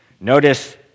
Notice